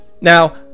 Now